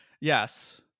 Yes